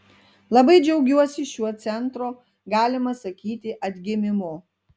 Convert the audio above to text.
labai džiaugiuosi šiuo centro galima sakyti atgimimu